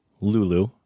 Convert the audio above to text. Lulu